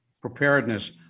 preparedness